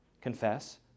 Confess